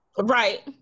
Right